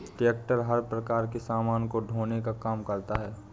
tractor हर प्रकार के सामानों को ढोने का काम करता है